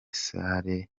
salle